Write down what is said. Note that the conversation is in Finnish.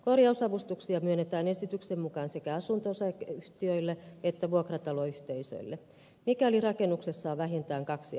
korjausavustuksia myönnetään esityksen mukaan sekä asunto osakeyhtiöille että vuokrataloyhteisöille mikäli rakennuksessa on vähintään kaksi asuntoa